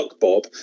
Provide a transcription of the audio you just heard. Bob